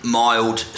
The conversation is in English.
mild